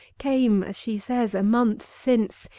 came, as she says, a month since,